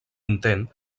intent